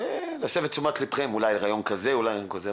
את תשומת ליבכם אולי לרעיון כזה או לרעיון כזה.